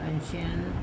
financial